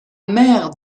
mère